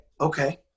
Okay